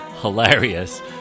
hilarious